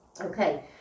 Okay